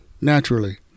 naturally